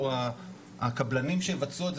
הקבלנים שיבצעו את זה,